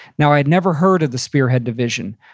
now i'd never heard of the spearhead division.